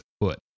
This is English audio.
foot